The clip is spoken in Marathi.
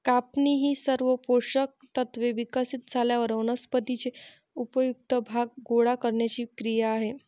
कापणी ही सर्व पोषक तत्त्वे विकसित झाल्यावर वनस्पतीचे उपयुक्त भाग गोळा करण्याची क्रिया आहे